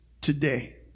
today